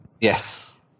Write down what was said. Yes